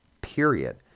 period